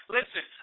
Listen